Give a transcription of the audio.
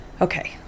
okay